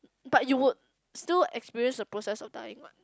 but you would still experience the process of dying what